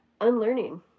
unlearning